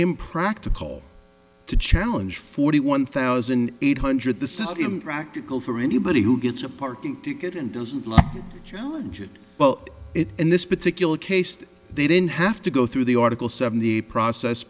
impractical to challenge forty one thousand eight hundred the system practical for anybody who gets a parking ticket and doesn't challenge it but if in this particular case they didn't have to go through the article seventy process